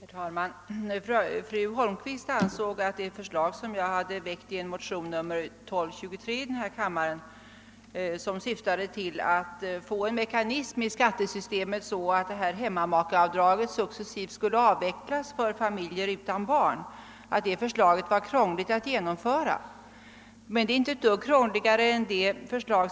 Herr talman! Fru Holmqvist ansåg att det förslag som vi väckt i motionen II: 1223 var krångligt att genomföra. Det syftar till att få en mekanism i skattesystemet så att hemmamakeavdraget successivt skulle avvecklas för familjer utan barn. Detta förslag är inte ett dugg krångligare än det